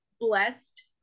blessed